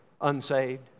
unsaved